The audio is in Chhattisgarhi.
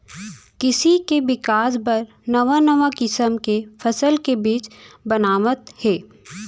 कृसि के बिकास बर नवा नवा किसम के फसल के बीज बनावत हें